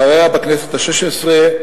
אחריה, בכנסת השש-עשרה,